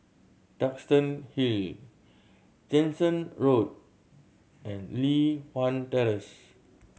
Duxton Hill Jansen Road and Li Hwan Terrace